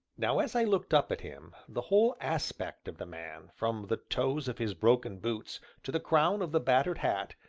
now as i looked up at him, the whole aspect of the man, from the toes of his broken boots to the crown of the battered hat,